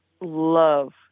love